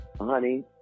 honey